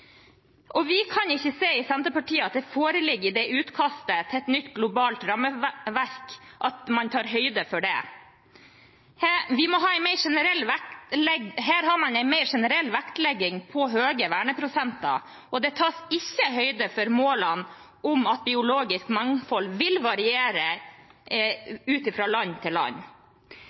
Vi kan ikke i Senterpartiet se at man i det foreliggende utkastet til nytt globalt rammeverk tar høyde for det. Her har man en mer generell vektlegging på høye verneprosenter, og det tas ikke høyde for at målene om biologisk mangfold vil variere fra land til land.